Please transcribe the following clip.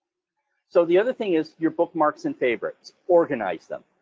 so the other thing is your bookmarks and favorites, organize them.